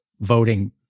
voting